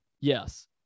Yes